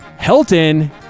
Helton